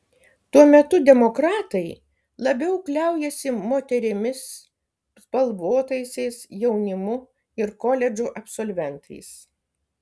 tuo metu demokratai labiau kliaujasi moterimis spalvotaisiais jaunimu ir koledžų absolventais